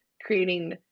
creating